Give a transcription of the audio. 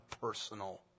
personal